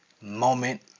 moment